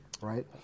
right